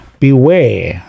beware